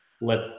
let